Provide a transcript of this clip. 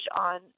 on